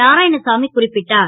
நாராயணசாமி குறிப்பிட்டார்